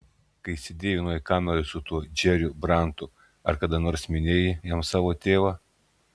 kai sėdėjai vienoje kameroje su tuo džeriu brantu ar kada nors minėjai jam savo tėvą